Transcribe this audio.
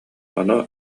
ону